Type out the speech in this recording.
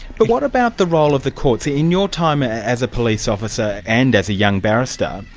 but what about the role of the courts? in your time as a police officer and as a young barrister,